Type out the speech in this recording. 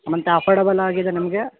ಮತ್ತು ಅಫರ್ಡೇಬಲ್ ಆಗಿದೆ ನಿಮಗೆ